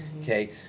okay